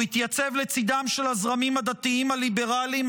הוא התייצב לצידם של הזרמים הדתיים הליברליים,